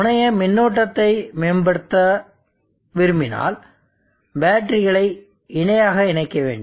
முனைய மின்னோட்டத்தை மேம்படுத்த விரும்பினால் பேட்டரிகளை இணையாக இணைக்க வேண்டும்